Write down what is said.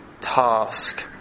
task